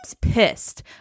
pissed